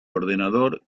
ordenador